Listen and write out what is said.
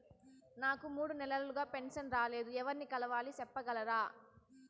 నాకు మూడు నెలలుగా పెన్షన్ రాలేదు ఎవర్ని కలవాలి సెప్పగలరా?